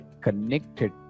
connected